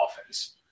offense